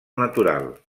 natural